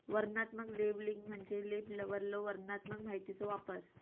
वर्णनात्मक लेबलिंग म्हणजे लेबलवरलो वर्णनात्मक माहितीचो वापर